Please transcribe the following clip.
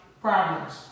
problems